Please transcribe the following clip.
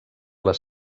les